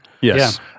Yes